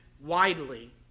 widely